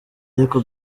ariko